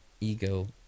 Ego